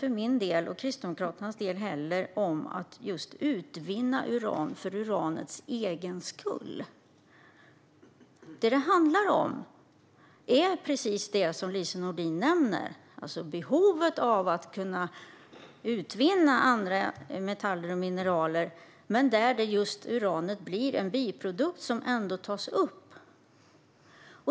För min och Kristdemokraternas del handlar det heller inte om att utvinna uran för dess egen skull. Vad det handlar om är precis det som Lise Nordin nämner, nämligen behovet av att kunna utvinna andra metaller och mineraler där uranet blir en biprodukt som ändå tas upp.